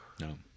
No